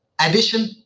addition